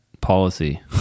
policy